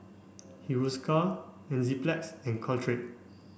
Hiruscar Enzyplex and Caltrate